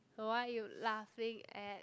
why you laughing at